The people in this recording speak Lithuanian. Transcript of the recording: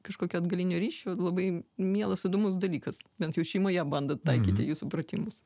kažkokio atgalinio ryšio labai mielas įdomus dalykas bent jau šeimoje bandot taikyti jūsų pratimus